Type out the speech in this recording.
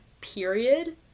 period